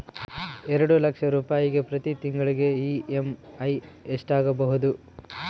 ಎರಡು ಲಕ್ಷ ರೂಪಾಯಿಗೆ ಪ್ರತಿ ತಿಂಗಳಿಗೆ ಇ.ಎಮ್.ಐ ಎಷ್ಟಾಗಬಹುದು?